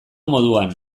moduan